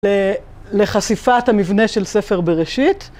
לחשיפת המבנה של ספר בראשית.